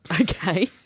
Okay